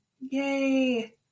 Yay